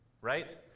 Right